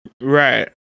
Right